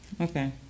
Okay